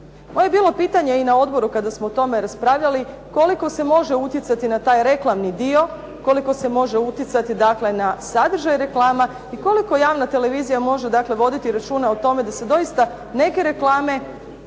je bilo pitanje i na odboru kada smo o tome raspravljali kolik se može utjecati na taj reklamni dio, koliko se može utjecati dakle na sadržaj reklama i koliko javna televizija može dakle voditi računa o tome da se doista neke reklame